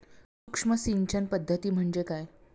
सूक्ष्म सिंचन पद्धती म्हणजे काय?